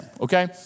okay